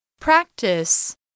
Practice